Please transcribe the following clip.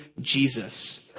Jesus